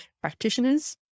practitioners